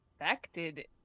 affected